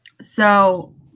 So-